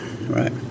right